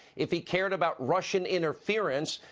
if he cared about russian interference,